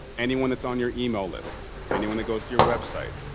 anyone that's on your email list, anyone that goes to your website,